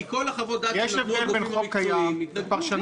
כי כל חוות הדעת שנתנו הגופים המקצועיים התנגדו.